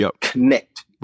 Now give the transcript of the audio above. connect